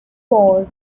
four